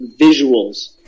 Visuals